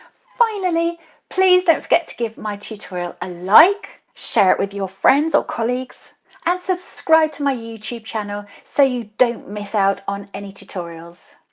finally please don't forget to give my tutorial a like, share it with your friends or colleagues and subscribe to my youtube channel so you don't miss out on any tutorials.